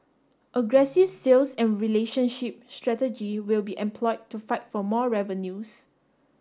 aggressive sales and relationship strategy will be employed to fight for more revenues